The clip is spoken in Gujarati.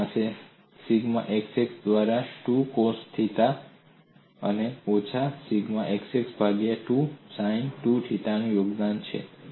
તમારી પાસે સિગ્મા xx દ્વારા 2 કોસ 2 થીટા અને ઓછા સિગ્મા xx ભાગ્યા 2 સાઈન 2 થીટા નું યોગદાન છે